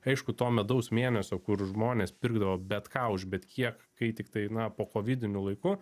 aišku to medaus mėnesio kur žmonės pirkdavo bet ką už bet kiek kai tiktai na pokovidiniu laiku